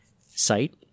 site